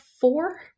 four